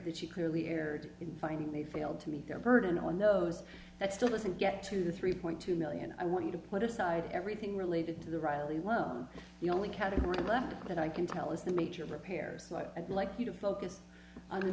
he clearly erred in finding they failed to meet their burden on those that still doesn't get to the three point two million i want you to put aside everything related to the riley well the only category left that i can tell is the major repairs like i'd like you to focus on the